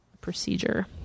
procedure